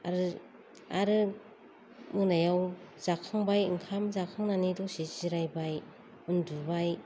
आरो आरो मोनायाव जाखांबाय जाखांनानै दसे जिरायबाय उन्दुबाय